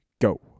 go